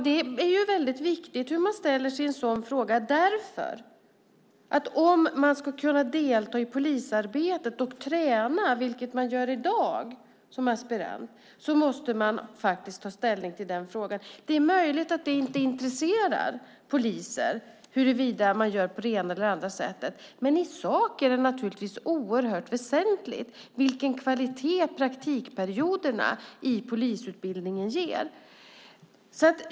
Det är väldigt viktigt hur man ställer sig i en sådan fråga därför att om de ska kunna delta i polisarbetet och träna, vilket de gör i dag som aspiranter, måste man ta ställning till den frågan. Det är möjligt att det inte intresserar poliser huruvida man gör på det ena eller andra sättet, men i sak är det naturligtvis oerhört väsentligt vilken kvalitet praktikperioderna i polisutbildningen ger.